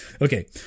Okay